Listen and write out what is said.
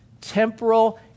temporal